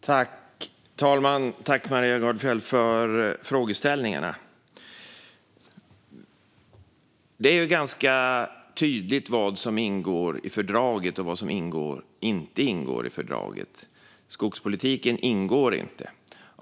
Herr talman! Tack, Maria Gardfjell, för frågeställningarna! Det är ganska tydligt vad som ingår i fördraget och vad som inte gör det. Skogspolitiken ingår inte.